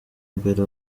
mbere